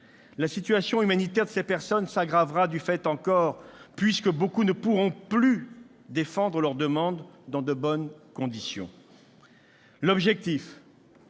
La situation humanitaire de ces personnes s'aggravera de fait encore, puisque beaucoup ne pourront plus défendre leur demande dans de bonnes conditions. L'objectif